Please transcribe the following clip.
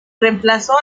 reemplazó